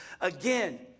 Again